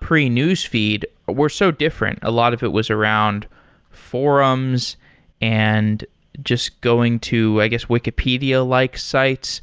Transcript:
pre-newsfeed were so different. a lot of it was around forums and jus t going to, i guess wikipedia like sites.